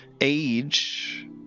age